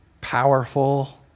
powerful